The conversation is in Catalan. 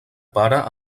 pare